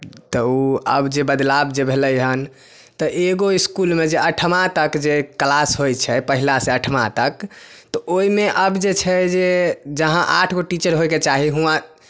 तऽ ओ आब जे बदलाव जे भेलै हन तऽ एगो इसकुलमे जे आठमा तक जे क्लास होइ छै पहिलासँ आठमा तक तऽ ओहिमे आब जे छै जे जहाँ आठ गो टीचर होयके चाही हुआँ